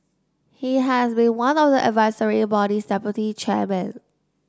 he has been one of the advisory body's deputy chairmen